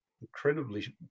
incredibly